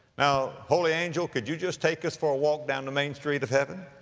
now, holy angel, could you just take us for a walk down the main street of heaven?